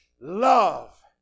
love